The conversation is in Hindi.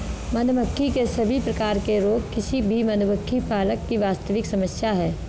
मधुमक्खी के सभी प्रकार के रोग किसी भी मधुमक्खी पालक की वास्तविक समस्या है